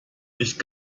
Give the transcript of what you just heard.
nicht